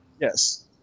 Yes